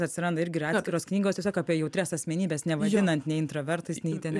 atsiranda irgi ir atskiros knygos tiesiog apie jautrias asmenybes nevadinant nei intravertais nei ten